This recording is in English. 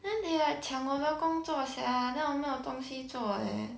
then they like 抢我的工作 sia then 我没有东西做 leh